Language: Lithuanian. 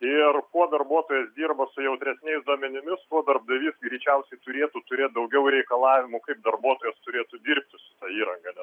ir kuo darbuotojas dirba su jautresniais duomenimis tuo darbdavys greičiausiai turėtų turėt daugiau reikalavimų kaip darbuotojas turėtų dirbti su ta įranga